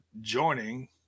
joining